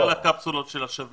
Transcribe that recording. אני לא מדבר על הקפסולות של השבים.